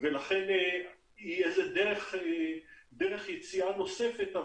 ולכן היא איזו דרך יציאה נוספת,